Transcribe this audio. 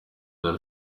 dar